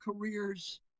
careers